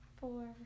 Four